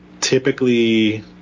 typically